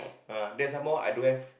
ah then some more I don't have